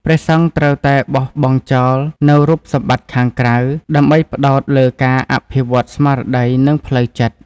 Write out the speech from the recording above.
ព្រះសង្ឃត្រូវតែបោះបង់ចោលនូវរូបសម្បត្តិខាងក្រៅ ដើម្បីផ្តោតលើការអភិវឌ្ឍន៍ស្មារតី និងផ្លូវចិត្ត។